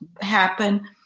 happen